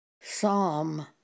Psalm